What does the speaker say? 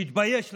תתבייש לך.